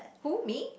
who me